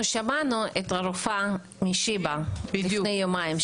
אנחנו שמענו את הרופאה משיבא לפני יומיים,